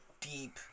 deep